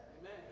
Amen